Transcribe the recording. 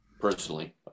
personally